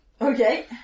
Okay